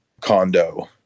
condo